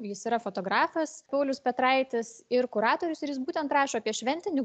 jis yra fotografas paulius petraitis ir kuratorius ir jis būtent rašo apie šventinį